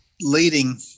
leading